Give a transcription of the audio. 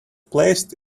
placed